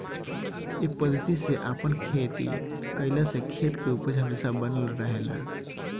ए पद्धति से आपन खेती कईला से खेत के उपज हमेशा बनल रहेला